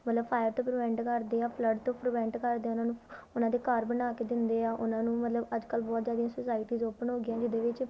ਮਤਲਬ ਫਾਇਰ ਤੋਂ ਪ੍ਰੀਵੈਂਟ ਕਰਦੇ ਆ ਫਲੱਡ ਤੋਂ ਪ੍ਰੀਵੈਂਟ ਕਰਦੇ ਉਹਨਾਂ ਨੂੰ ਉਹਨਾਂ ਦੇ ਘਰ ਬਣਾ ਕੇ ਦਿੰਦੇ ਆ ਉਹਨਾਂ ਨੂੰ ਮਤਲਬ ਅੱਜ ਕੱਲ੍ਹ ਬਹੁਤ ਜ਼ਿਆਦਾ ਸੁਸਾਈਟੀਜ਼ ਓਪਨ ਹੋ ਗਈਆਂ ਜਿਹਦੇ ਵਿੱਚ